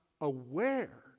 aware